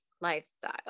lifestyle